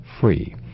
free